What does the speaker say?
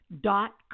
dot